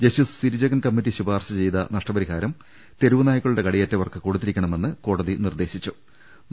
justice Sirijagan committee ശുപാർശ ചെയ്ത നഷ്ടപരിഹാരം തെരുവ്നാ യകളുടെ കടിയേറ്റവർക്ക് കൊടുത്തിരിക്കണമെന്നും കോടതി നിർദേശിച്ചിട്ടുണ്ട്